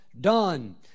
done